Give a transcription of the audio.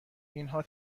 اینها